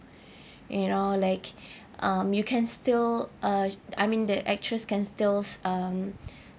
you know like um you can still uh I mean the actress can stills um